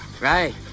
right